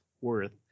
worth